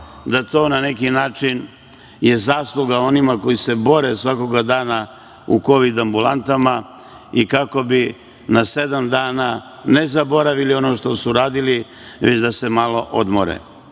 je to na neki način zasluga onih koji se bore u kovid ambulantama i kako bi na sedam dana, ne zaboravili ono što su radili, već da se malo odmore. Kad